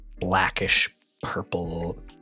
blackish-purple